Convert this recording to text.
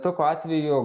tokiu atveju